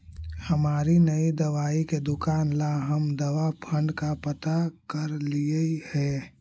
हमारी नई दवाई की दुकान ला हम दवा फण्ड का पता करलियई हे